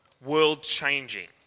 world-changing